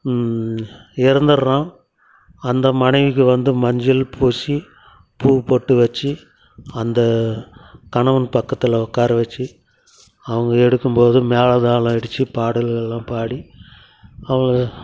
இறந்துடுறோம் அந்த மனைவிக்கு வந்து மஞ்சள் பூசி பூ பொட்டு வச்சி அந்த கணவன் பக்கத்தில் உட்கார வச்சு அவங்க எடுக்கும்போது மேளதாளம் அடிச்சு பாடல்களெலாம் பாடி அவங்க